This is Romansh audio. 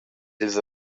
ils